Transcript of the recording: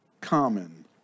common